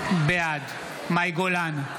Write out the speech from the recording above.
בעד מאי גולן,